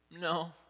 no